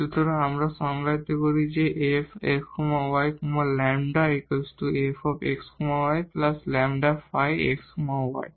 সুতরাং আমরা সংজ্ঞায়িত করি যে F x y λ f x yλ ϕ x y